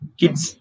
kids